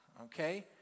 Okay